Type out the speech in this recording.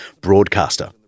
broadcaster